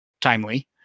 Timely